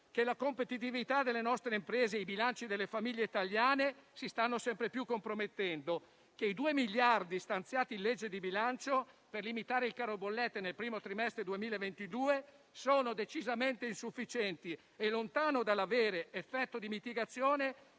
Che la competitività delle nostre imprese e i bilanci delle famiglie italiane si stanno sempre più compromettendo e che i 2 miliardi stanziati in legge di bilancio per limitare il caro bollette nel primo trimestre 2022 sono decisamente insufficienti e lontani dall'avere effetto di mitigazione